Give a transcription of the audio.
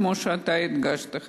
כמו שאתה הדגשת,